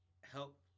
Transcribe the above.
help